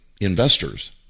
investors